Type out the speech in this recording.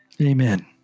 Amen